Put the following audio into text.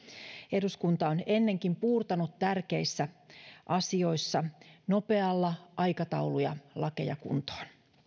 eduskunta on ennenkin puurtanut tärkeissä asioissa nopealla aikataululla lakeja kuntoon